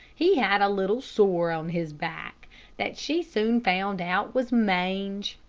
he had a little sore on his back that she soon found out was mange.